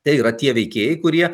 tai yra tie veikėjai kurie